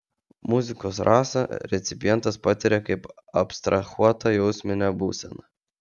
muzikos rasą recipientas patiria kaip abstrahuotą jausminę būseną